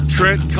Trent